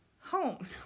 home